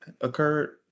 occurred